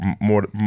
more